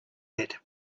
that